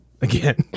again